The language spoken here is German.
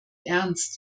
ernst